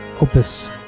Opus